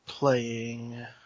Playing